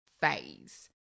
phase